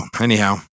anyhow